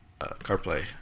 CarPlay